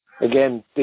again